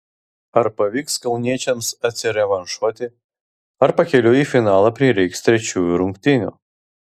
ar pavyks kauniečiams atsirevanšuoti ar pakeliui į finalą prireiks trečiųjų rungtynių